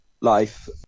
life